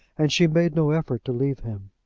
and she made no effort to leave him.